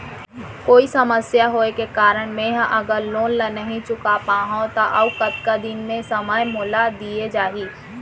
कोई समस्या होये के कारण मैं हा अगर लोन ला नही चुका पाहव त अऊ कतका दिन में समय मोल दीये जाही?